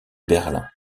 berlin